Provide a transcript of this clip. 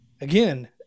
again